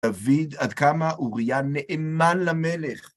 דוד עד כמה אוריה נאמן למלך.